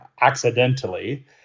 accidentally